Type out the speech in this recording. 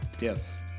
Yes